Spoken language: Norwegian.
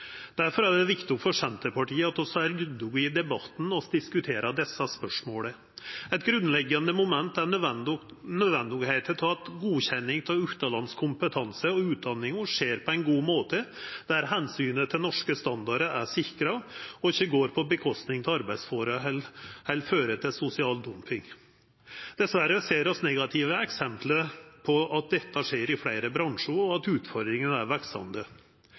er det viktig for Senterpartiet at vi er ryddige i debatten når vi diskuterer disse spørsmåla. Eit grunnleggjande moment er nødvendigheita av at godkjenning av utanlandsk kompetanse og utdanning skjer på ein god måte, der omsynet til norske standardar er sikra, og at det ikkje går ut over arbeidsforhold eller fører til sosial dumping. Dessverre ser vi negative eksempel på at dette skjer i fleire bransjar, og at utfordringane er veksande.